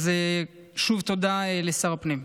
שוב, תודה לשר הפנים.